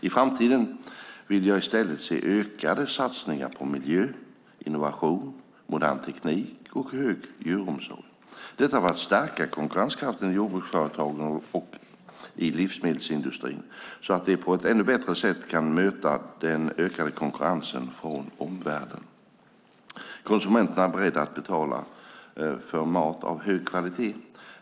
I framtiden vill jag i stället se ökade satsningar på miljö, innovation, modern teknik och hög djuromsorg - detta för att stärka konkurrenskraften i jordbruksföretagen och i livsmedelsindustrin, så att de på ett ännu bättre sätt kan möta den ökade konkurrensen från omvärlden. Konsumenterna är beredda att betala för mat av hög kvalitet.